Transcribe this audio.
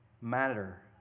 matter